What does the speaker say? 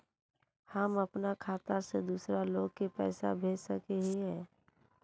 हम अपना खाता से दूसरा लोग के पैसा भेज सके हिये?